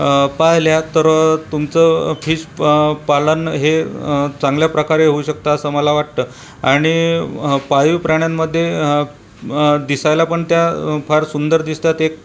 तर तुमचं फिश पालन हे चांगल्या प्रकारे होऊ शकतं असं मला वाटतं आणि पाळीव प्राण्यांमध्ये दिसायला पण त्या फार सुंदर दिसतात एक तुमच्या